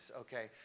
Okay